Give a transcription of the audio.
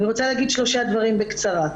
אני רוצה להגיד שלושה דברים בקצרה.